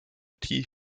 garantie